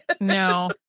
No